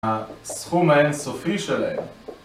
סכום האינסופי שלהם